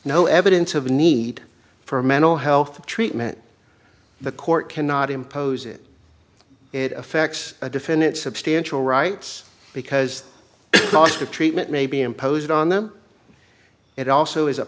no evidence of a need for a mental health treatment the court cannot impose it it affects a defendant substantial rights because knowledge of treatment may be imposed on them it also is a